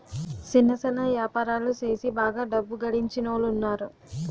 సిన్న సిన్న యాపారాలు సేసి బాగా డబ్బు గడించినోలున్నారు